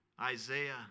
Isaiah